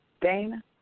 Dana